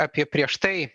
apie prieš tai